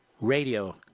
radio